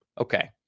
Okay